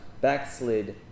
backslid